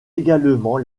également